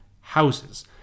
houses